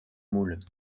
moules